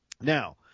Now